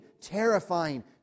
terrifying